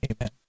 amen